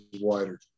wider